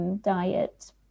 diet